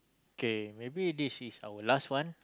kay maybe this is our last one